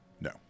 No